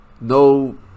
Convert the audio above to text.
No